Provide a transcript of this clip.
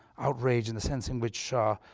outrage in the sense in which ah